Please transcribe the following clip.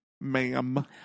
ma'am